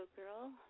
Girl